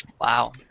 Wow